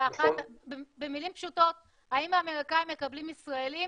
במילים פשוטות האם האמריקאים מקבלים ישראלים